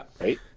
Right